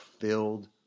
filled